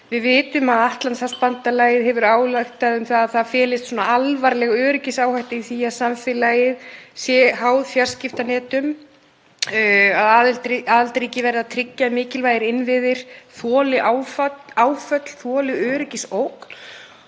Við vitum að Atlantshafsbandalagið hefur ályktað um að það felist alvarleg öryggisáhætta í því að samfélagið sé háð fjarskiptanetum, að aðildarríki verði að tryggja að mikilvægir innviðir þoli áföll, þoli öryggisógn.